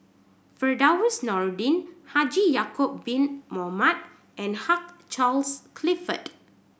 Firdaus Nordin Haji Ya'acob Bin Mohamed and Hugh Charles Clifford